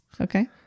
Okay